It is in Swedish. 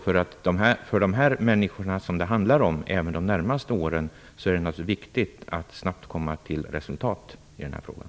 För de människor som det handlar om under de närmaste åren är det viktigt att vi snabbt kommer till ett resultat i den här frågan.